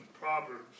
Proverbs